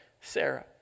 Sarah